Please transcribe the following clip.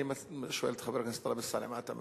אני שואל את חבר הכנסת טלב אלסאנע: מה אתה מציע?